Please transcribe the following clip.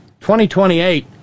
2028